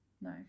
No